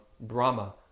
Brahma